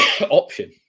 option